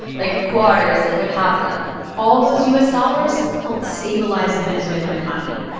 like, quarters they would have them all those u s. dollars helped stabilize the venezuelan economy.